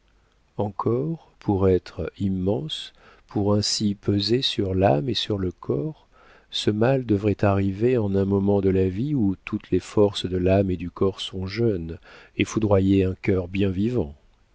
encore pour être immense pour ainsi peser sur l'âme et sur le corps ce mal devrait arriver en un moment de la vie où toutes les forces de l'âme et du corps sont jeunes et foudroyer un cœur bien vivant